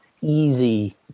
easy